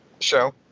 show